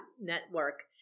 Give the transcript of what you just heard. network